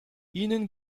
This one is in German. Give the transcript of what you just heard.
ihnen